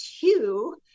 two